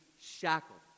shackled